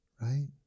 Right